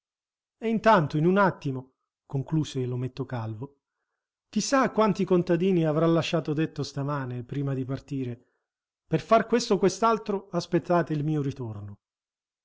e intanto in un attimo concluse l'ometto calvo chi sa a quanti contadini avrà lasciato detto stamane prima di partire per far questo o quest'altro aspettate il mio ritorno